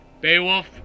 Beowulf